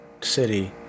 city